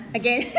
again